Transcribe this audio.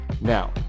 now